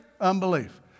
unbelief